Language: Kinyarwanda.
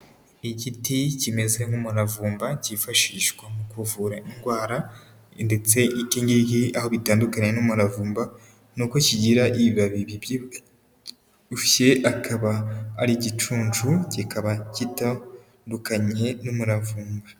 Igiti kimeze nk'umuravumba cyifashishwa mu kuvura indwara ndetse iki ngiki aho bitandukanira n'umuravumba, ni uko kigira ibibabi bibyibushye akaba ari igicuncu, kikaba gitandukanye n'umuravumba.